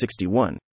61